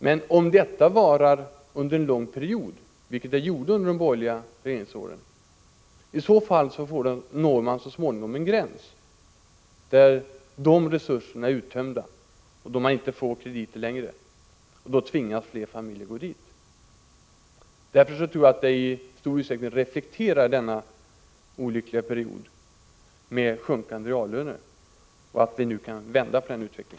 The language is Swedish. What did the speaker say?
Men om en sådan situation varar under en lång period, vilket var fallet under de borgerliga regeringsåren, då når dessa människor så småningom en gräns där deras resurser är uttömda och där de inte längre får krediter. Då tvingas familjerna vända sig till socialbyråerna. Jag tror alltså att ökningen av antalet socialbidragstagare i stor utsträckning reflekterar denna period med sjunkande reallöner, men jag tror också att vi nu skall kunna vända denna utveckling.